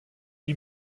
lui